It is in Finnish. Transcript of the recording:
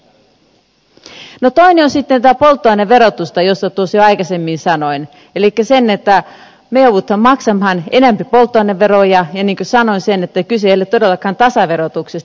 toinen on sitten tämä polttoaineverotus josta jo tuossa aikaisemmin sanoin elikkä se että me joudumme maksamaan enempi polttoaineveroja ja niin kuin sanoin kyse ei ole todellakaan tasaverotuksesta